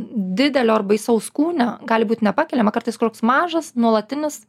didelio ar baisaus kūne gali būti nepakeliama kartais koks mažas nuolatinis